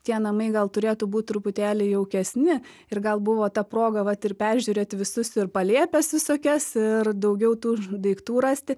tie namai gal turėtų būt truputėlį jaukesni ir gal buvo ta proga vat ir peržiūrėt visus ir palėpes visokias ir daugiau tų r daiktų rasti